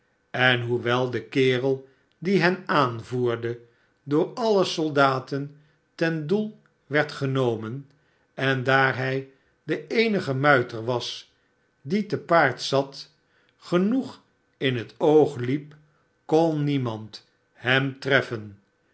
en hoewel de kerel die hen aanvoerde door alle soldaten ten doel werd genomen en daar hij de eenige muiter was die te paard zat genoeg in het oog liep kon niemand hem treffen